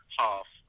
half